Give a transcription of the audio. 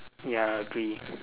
ya agree